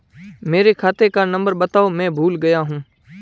मेरे खाते का नंबर बताओ मैं भूल गया हूं